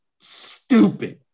Stupid